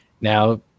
Now